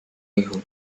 hijo